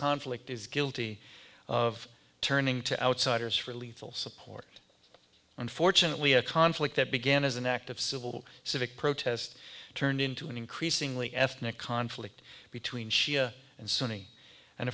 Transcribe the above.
conflict is guilty of turning to outsiders for lethal support unfortunately a conflict that began as an act of civil civic protest turned into an increasingly ethnic conflict between shia and sunni and